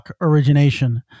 origination